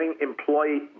employee